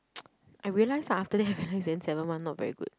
I realise ah after that I realise then seven month not very good